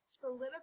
solidify